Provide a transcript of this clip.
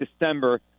December